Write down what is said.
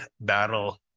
battle